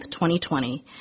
2020